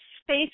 space